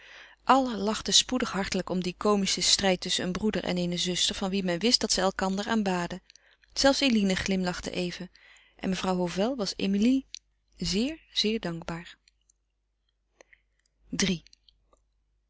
allen lachten spoedig hartelijk om dien komischen strijd tusschen een broeder en eene zuster van wie men wist dat zij elkander aanbaden zelfs eline glimlachte even en mevrouw hovel was emilie zeer zeer dankbaar iii